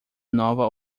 nova